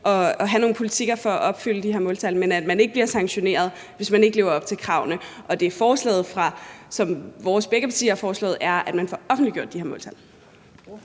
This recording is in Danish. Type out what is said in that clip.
og have nogle politikker for at opfylde de her måltal, men at man ikke bliver sanktioneret, hvis man ikke lever op til kravene, og at forslaget, som kommer fra begge vores partier, er, at man får offentliggjort de her måltal.